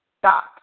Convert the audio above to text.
stop